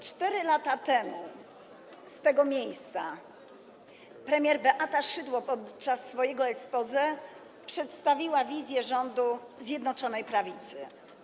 4 lata temu z tego miejsca premier Beata Szydło podczas swojego exposé przedstawiła wizję rządu Zjednoczonej Prawicy.